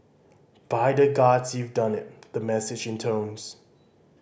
by the Gods you've done it the message intones